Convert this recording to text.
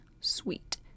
sweet